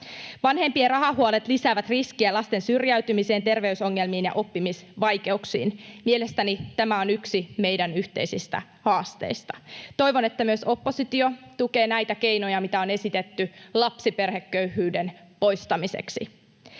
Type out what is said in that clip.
Vanhempien rahahuolet lisäävät riskiä lasten syrjäytymiseen, terveysongelmiin ja oppimisvaikeuksiin. Mielestäni tämä on yksi meidän yhteisistä haasteistamme. Toivon, että myös oppositio tukee näitä keinoja, mitä on esitetty lapsiperheköyhyyden poistamiseksi.